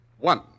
One